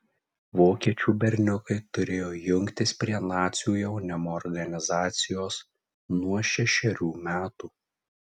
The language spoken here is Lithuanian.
vokiečių berniukai turėjo jungtis prie nacių jaunimo organizacijos nuo šešerių metų